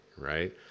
right